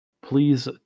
please